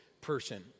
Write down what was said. person